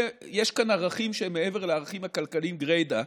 יש כאן ערכים שהם מעבר לערכים הכלכליים גרידא,